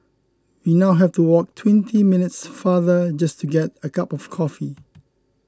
we now have to walk twenty minutes farther just to get a cup of coffee